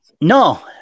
No